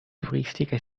turistica